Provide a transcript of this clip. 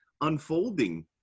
unfolding